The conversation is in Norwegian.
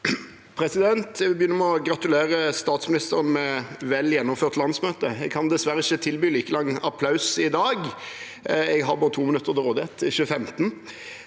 Jeg vil begynne med å gratulere statsministeren med et vel gjennomført landsmøte. Jeg kan dessverre ikke tilby like lang applaus i dag – jeg har bare 2 minutter til rådighet, ikke 15